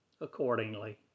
accordingly